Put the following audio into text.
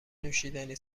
نوشیدنی